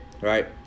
Right